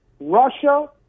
Russia